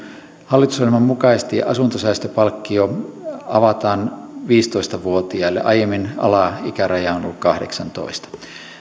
hallitusohjelman mukaisesti asuntosäästöpalkkio avataan viisitoista vuotiaille aiemmin alaikäraja on ollut kahdeksantoista